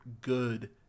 good